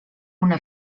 una